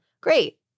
great